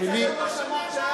כצל'ה לא שמע, ?